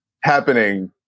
happening